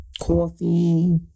coffee